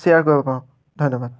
share কৰিব পাৰোঁ ধন্যবাদ